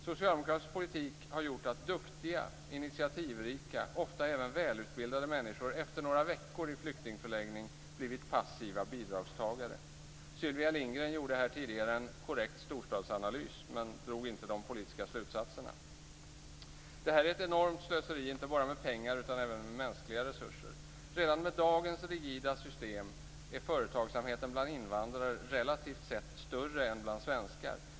Socialdemokratisk politik har gjort att duktiga, initiativrika och ofta även välutbildade människor efter några veckor i flyktingförläggningar blivit passiva bidragstagare. Sylvia Lindgren gjorde tidigare en korrekt storstadsanalys men drog inte de politiska slutsatserna. Detta är ett enormt slöseri, inte bara med pengar utan även med mänskliga resurser. Redan med dagens rigida system är företagsamheten bland invandrare relativt sett större än bland svenskar.